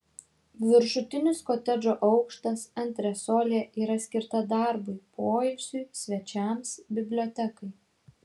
viršutinis kotedžo aukštas antresolė yra skirta darbui poilsiui svečiams bibliotekai